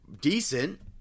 decent